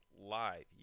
live